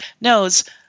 knows –